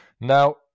Now